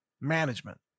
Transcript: management